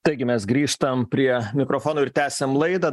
taigi mes grįžtam prie mikrofono ir tęsiam laidą